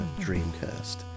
Dreamcast